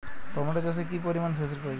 Tomato চাষে কি পরিমান সেচের প্রয়োজন?